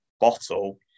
bottle